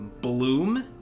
Bloom